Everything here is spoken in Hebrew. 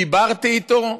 דיברתי איתו.